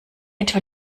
etwa